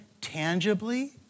tangibly